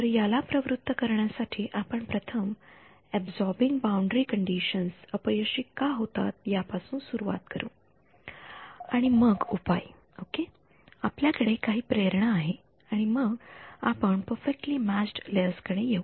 तर याला प्रवृत्त करण्या साठी आपण प्रथम अबसॉरबिन्ग बाउंडरी कंडिशन्स अपयशी का होतात या पासून सुरु करू आणि मग उपाय ओके आपल्या कडे काही प्रेरणा आहे आणि मग आपण परफेक्टली म्यॅच्ड लेयर्स कडे येऊ